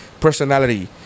personality